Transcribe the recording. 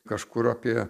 kažkur apie